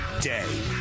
day